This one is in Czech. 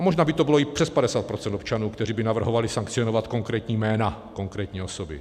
A možná by to bylo i přes 50 % občanů, kteří by navrhovali sankcionovat konkrétní jména, konkrétní osoby.